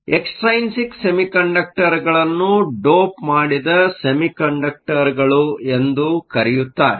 extrinsic ಸೆಮಿಕಂಡಕ್ಟರ್ಗಳನ್ನು dope ಮಾಡಿದ ಸೆಮಿಕಂಡಕ್ಟರ್ಗಳು ಎಂದೂ ಕರೆಯುತ್ತಾರೆ